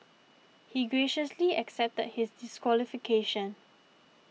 he graciously accepted his disqualification